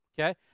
okay